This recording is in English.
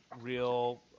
real